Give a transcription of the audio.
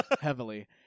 heavily